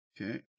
Okay